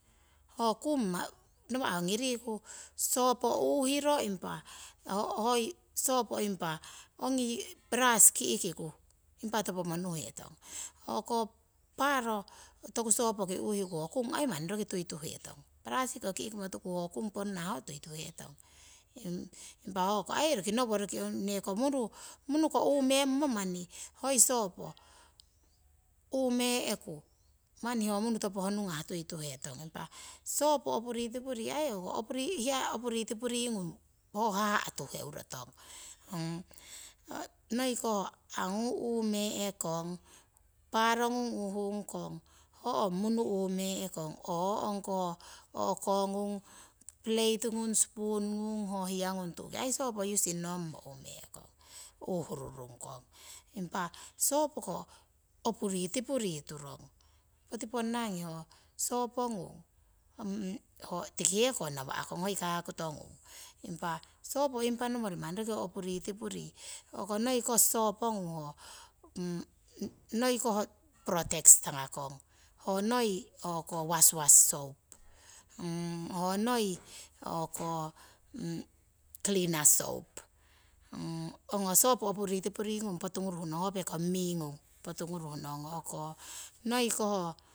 Ho kung nawa' ongi riku sopo uuhiro impa ongi brush ki'kiku impa topomonuhetong, hoko paaro toku sopoki uuhiku ho kung ai manni roki tuituhetong, parasiki ki'kimo tuku ho kung ponna manni roki tuituhetong. Impa hoko ai roki noworoki neke munu uumemmo manni roki hoi sopo uume'ku manni ho munu topo honungah tuituhetong impa sopo opuritipuringung ho haha' opuritipuri tuheuro tong, noi ko angu uume'kong paarongung uuhung kong, ho ong munu uume'kong, hoko pereti ngung, sipuni ngung ho hiyangung tu'ki ai sopo iusing ngongmo uumemmo ai uuhurungkong. Sopo opuritipuri urukong ho kaktorongung ngi ngawa'kong, noiko protex tangakong. ho noi waswas soap, ho noi klina soap. Ong ho sopo opuritipuringung potunguruhnong, noi ko ho